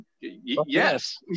Yes